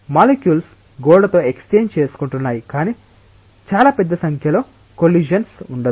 molecules గోడతో exchange చేసుకుంటున్నాయి కానీ చాలా పెద్ద సంఖ్యలో కొల్లిషన్స్ ఉండదు